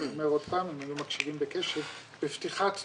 בפתיחת דבריי,